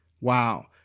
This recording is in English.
Wow